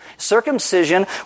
Circumcision